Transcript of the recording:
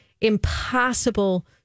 impossible